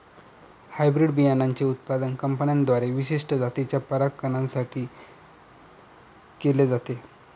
hybrid बियाणांचे उत्पादन कंपन्यांद्वारे विशिष्ट जातीच्या परागकणां साठी केले जाते